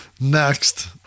Next